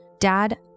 Dad